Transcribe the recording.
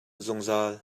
zungzal